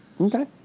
Okay